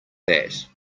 that